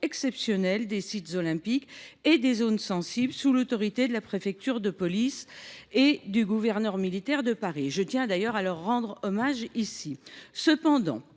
exceptionnelle des sites olympiques et des zones sensibles, sous l’autorité de la préfecture de police et du gouverneur militaire de Paris. Je tiens d’ailleurs à leur rendre hommage. Cependant,